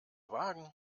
wagen